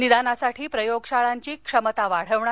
निदानासाठी प्रयोगशाळांची क्षमता वाढवणार